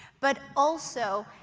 but also,